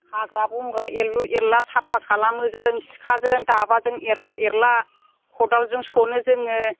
हाग्रा बंग्रा एरलु एरला साफा खालामो जों सिखाजों दाबाजों एरलु एरला खदालजों सनो जोङो